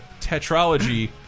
tetralogy